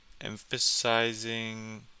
emphasizing